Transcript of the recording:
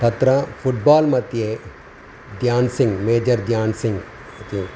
तत्र फुट्बाल्मध्ये ध्यान्सिङ्गः मेजर् ध्यान्सिङ्गः इति